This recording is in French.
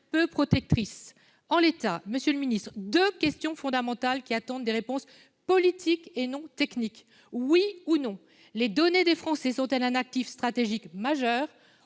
peu protectrice. En l'état, monsieur le ministre, je vous poserai deux questions fondamentales, qui attendent des réponses politiques, et non techniques. Oui ou non les données des Français sont-elles un actif stratégique majeur,